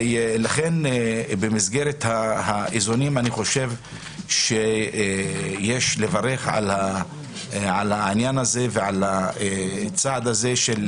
לכן במסגרת האיזונים אני חושב שיש לברך על העניין הזה ועל הצעד הזה של